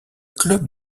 club